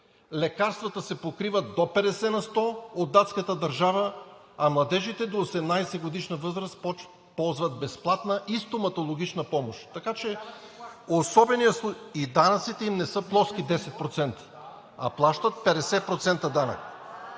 лекарствата се покриват до 50 на сто от датската държава, а младежите до 18-годишна възраст ползват безплатна и стоматологична помощ. (Шум и реплики от ГЕРБ.) И данъците им не са плоски – 10%, а плащат 50% данък.